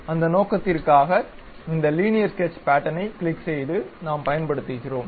அந்த நோக்கத்திற்காக இந்த லீனியர் ஸ்கெட்ச் பேட்டர்னைக் கிளிக் செய்து நாம் பயன்படுத்துகிறோம்